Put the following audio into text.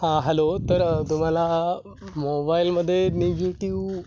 हां हॅलो तर तुम्हाला मोबाईलमध्ये निगेटिव्ह